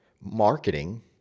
marketing